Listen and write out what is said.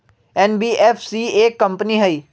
NBFC एक company हई?